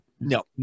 No